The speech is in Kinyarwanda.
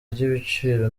ry’ibiciro